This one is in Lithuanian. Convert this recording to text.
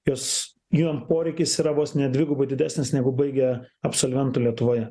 jos jiem poreikis yra vos ne dvigubai didesnis negu baigia absolventai lietuvoje